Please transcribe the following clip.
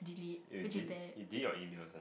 you de~ you delete your emails